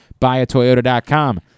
buyatoyota.com